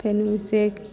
फेनु ओतेक